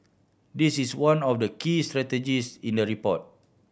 it is one of the key strategies in the report